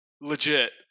legit